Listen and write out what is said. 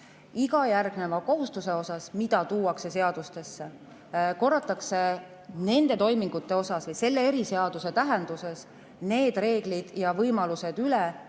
iga järgneva kohustuse puhul, mis tuuakse seadustesse, korratakse nende toimingute osas või selle eriseaduse tähenduses need reeglid ja võimalused üle,